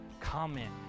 comment